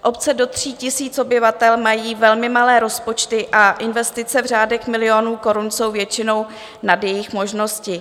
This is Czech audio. Obce do 3 000 obyvatel mají velmi malé rozpočty a investice v řádech milionů korun jsou většinou nad jejich možnosti.